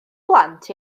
blant